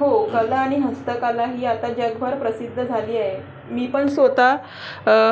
हो कला आणि हस्तकला ही आता जगभर प्रसिद्ध झाली आहे मी पण स्वत